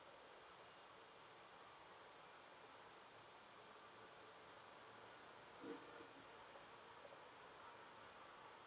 mm